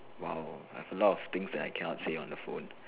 !wow! I have a lot of things that I cannot say on the phone